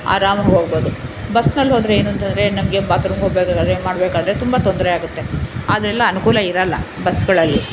ಆರಾಮು ಹೋಗ್ಬೋದು ಬಸ್ನಲ್ಲಿ ಹೋದರೆ ಏನೂಂತಂದ್ರೆ ನಮಗೆ ಬಾತ್ರೂಮ್ಗೆ ಹೋಗ್ಬೇಕಾದರೆ ಏನು ಮಾಡಬೇಕಾದ್ರೆ ತುಂಬ ತೊಂದರೆ ಆಗುತ್ತೆ ಆದರೆಲ್ಲ ಅನುಕೂಲ ಇರಲ್ಲ ಬಸ್ಗಳಲ್ಲಿ